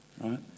Right